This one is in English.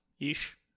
ish